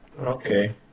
Okay